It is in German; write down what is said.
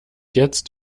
jetzt